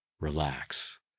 Relax